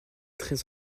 très